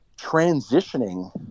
transitioning